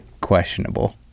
questionable